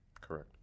Correct